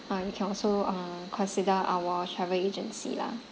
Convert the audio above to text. uh you can also uh consider our travel agency lah